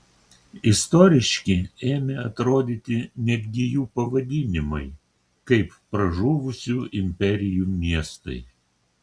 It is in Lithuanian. istoriški ėmė atrodyti netgi jų pavadinimai kaip pražuvusių imperijų miestai